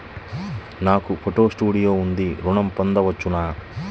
నాకు photo studio ఉంది ఋణం పొంద వచ్చునా?